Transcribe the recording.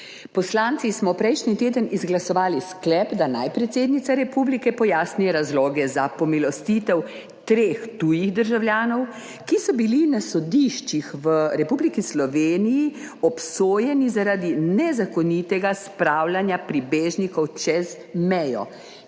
(TB) – 14.30** (nadaljevanje) sklep, da naj predsednica republike pojasni razloge za pomilostitev treh tujih državljanov, ki so bili na sodiščih v Republiki Sloveniji obsojeni zaradi nezakonitega spravljanja pribežnikov čez mejo,